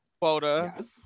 quota